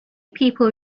people